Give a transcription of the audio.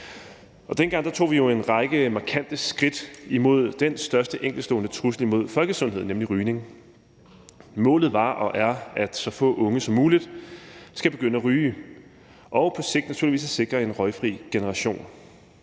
Dengang tog vi jo en række markante skridt imod den største enkeltstående trussel imod folkesundheden, nemlig rygning. Målet var og er, at så få unge som muligt skal begynde at ryge, og på sigt naturligvis at sikre en røgfri generation.